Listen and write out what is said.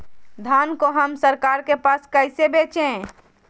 धान को हम सरकार के पास कैसे बेंचे?